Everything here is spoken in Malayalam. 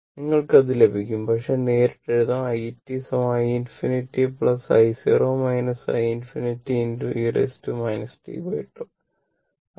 നിങ്ങൾക്കത് ലഭിക്കും പക്ഷേ നേരിട്ട് എഴുതാം i i ∞ i i ∞ e t tau